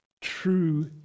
true